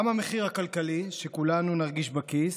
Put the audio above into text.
גם המחיר הכלכלי שכולנו נרגיש בכיס,